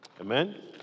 Amen